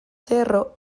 cerro